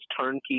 turnkey